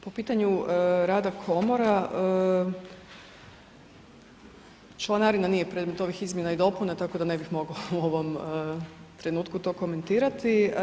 Po pitanju rada komora članarina nije predmet ovih izmjena i dopuna tako da ne bih mogla u ovom trenutku to komentirati.